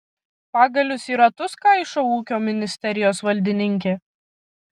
pagalius į ratus kaišo ūkio ministerijos valdininkė